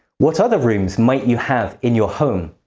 what other rooms might you have in your home?